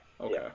Okay